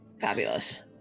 Fabulous